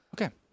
okay